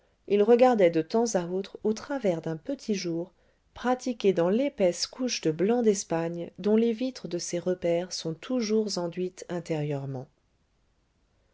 il regardait de temps à autre au travers d'un petit jour pratiqué dans l'épaisse couche de blanc d'espagne dont les vitres de ces repaires sont toujours enduites intérieurement